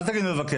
אל תגיד 'מבקש'.